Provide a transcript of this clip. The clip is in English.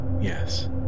yes